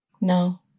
No